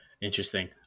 interesting